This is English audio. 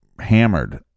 hammered